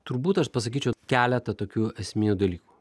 turbūt aš pasakyčiau keletą tokių esminių dalykų